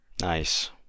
Nice